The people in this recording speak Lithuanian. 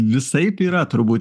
visaip yra turbūt